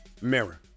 Mirror